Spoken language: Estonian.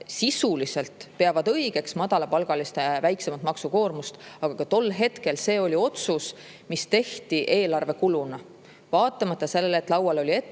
sisuliselt õigeks madalapalgaliste väiksemat maksukoormust –, oli see ka tol hetkel otsus, mis tehti eelarvekuluna vaatamata sellele, et laual oli ettepanek